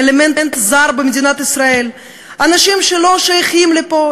"אלמנט זר במדינת ישראל" אנשים שלא שייכים לפה.